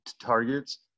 targets